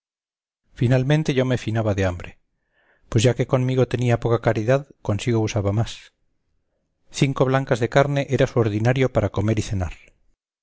finalmente yo me finaba de hambre pues ya que conmigo tenía poca caridad consigo usaba más cinco blancas de carne era su ordinario para comer y cenar